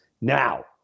Now